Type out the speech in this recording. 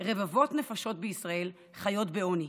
רבבות נפשות בישראל חיות בעוני,